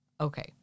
Okay